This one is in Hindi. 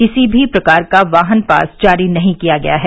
किसी भी प्रकार का वाहन पास जारी नहीं किया गया है